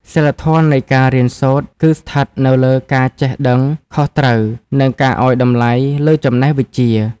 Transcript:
សីលធម៌នៃការរៀនសូត្រ គឺស្ថិតនៅលើការចេះដឹងខុសត្រូវ និងការឱ្យតម្លៃលើចំណេះវិជ្ជា។